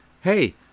Hey